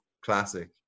classic